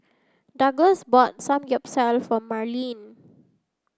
Douglass bought Samgeyopsal for Marleen